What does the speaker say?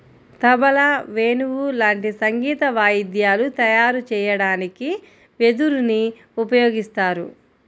తబలా, వేణువు లాంటి సంగీత వాయిద్యాలు తయారు చెయ్యడానికి వెదురుని ఉపయోగిత్తారు